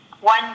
one